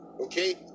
Okay